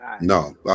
No